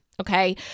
okay